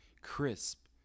crisp